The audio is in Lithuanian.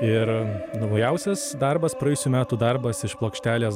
ir naujausias darbas praėjusių metų darbas iš plokštelės